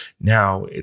now